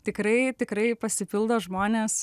tikrai tikrai pasipildo žmonės